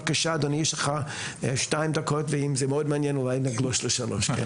יש לך שתי דקות ואם זה מאוד מעניין אולי נגלוש לשלוש.